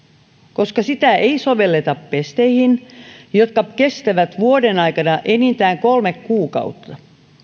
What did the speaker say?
koska sitä ei sovelleta pesteihin jotka kestävät vuoden aikana enintään kolme kuukautta